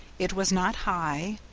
it was not high,